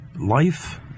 life